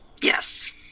Yes